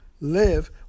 live